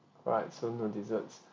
right so no desserts